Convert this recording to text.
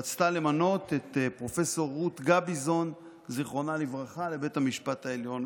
היא רצתה למנות את פרופ' רות גביזון ז"ל לבית המשפט העליון,